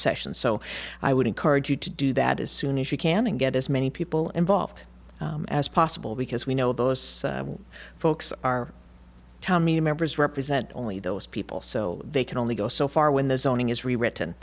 session so i would encourage you to do that as soon as you can and get as many people involved as possible because we know those folks are tommy members represent only those people so they can only go so far when the zoning is rewritten